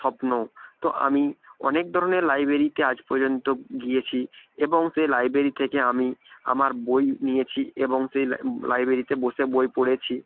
স্বপ্ন তো আমি অনেক ধরনের লাইব্রেরিতে আজ পর্যন্ত গিয়েছি এবং সেই লাইব্রেরি থেকে আমি আমার বই নিয়েছি এবং সেই লাইব্রেরিতে বসে বই পড়েছি